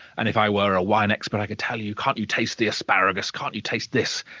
and if i were a wine expert, i could tell you, can't you taste the asparagus? can't you taste this?